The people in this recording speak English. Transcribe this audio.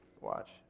watch